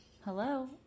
Hello